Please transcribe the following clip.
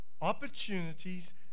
opportunities